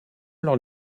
alors